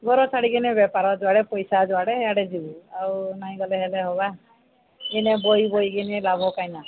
ଘର ଛାଡ଼ିକିିନି ବେପାର ଯୁଆଡ଼େ ପଇସା ଯୁଆଡ଼େ ଆଡ଼େ ଯିବୁ ଆଉ ନାଇଁ ଗଲେ ହେଲେ ହବା ଏଇନେ ବହି ବହି କିନେ ଲାଭ କାଇଁନା